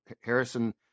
Harrison